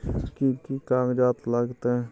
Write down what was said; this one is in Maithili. कि कि कागजात लागतै?